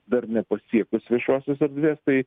dar nepasiekus viešosios erdvės tai